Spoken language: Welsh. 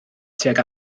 tuag